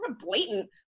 blatant